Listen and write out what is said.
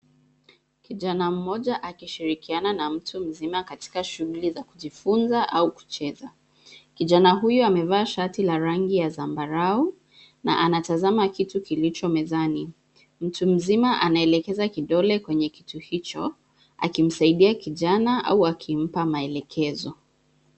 Kijana mmoja akishirikiana na mtu mzima katika shule za kujifunza au kucheza. Kijana huyu amevaa shati la rangi ya zambarau, na anatazama kitu kilicho mezani. Mtu mzima anaelekeza kidole kwenye kitu hicho, akimsaidia kijana au akimpa maelekezo.